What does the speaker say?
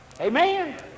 Amen